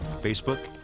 Facebook